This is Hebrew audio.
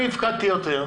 אני הפקדתי יותר,